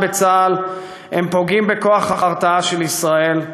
בצה"ל הם פוגעים בכוח ההרתעה של ישראל,